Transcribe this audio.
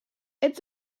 it’s